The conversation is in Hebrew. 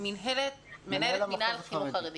מנהלת מינהל חינוך חרדי.